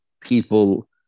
people